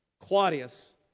Claudius